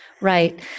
Right